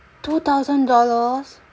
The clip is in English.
two thousand dollars